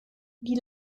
die